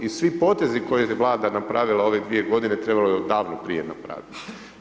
I svi potezi koje je vlada napravila u ove 2 g. trebala je odavno prije napraviti.